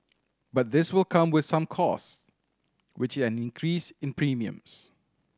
but this will come with some cost which an increase in premiums